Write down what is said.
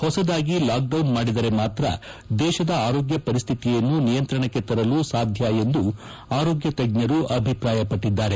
ಹೊಸದಾಗಿ ಲಾಕ್ಡೌನ್ ಮಾಡಿದರೆ ಮಾತ್ರ ದೇಶದ ಆರೋಗ್ತ ಪರಿಸ್ಥಿತಿಯನ್ನು ನಿಯಂತ್ರಣಕ್ಕೆ ತರಲು ಸಾಧ್ಯ ಎಂದು ಆರೋಗ್ತ ತಜ್ಜರು ಅಭಿಪ್ರಾಯ ಪಟ್ಟದ್ದಾರೆ